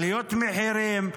עליות מחירים.